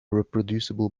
reproducible